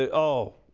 ah oh,